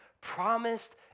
promised